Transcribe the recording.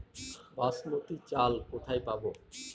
বাসমতী চাল কোথায় পাবো?